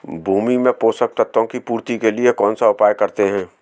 भूमि में पोषक तत्वों की पूर्ति के लिए कौनसा उपाय करते हैं?